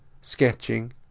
sketching